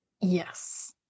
Yes